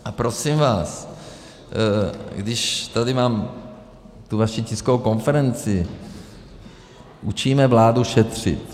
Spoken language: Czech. A prosím vás, když tady mám tu vaši tiskovou konferenci, učíme vládu šetřit.